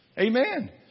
Amen